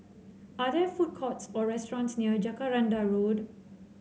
are there food courts or restaurants near Jacaranda Road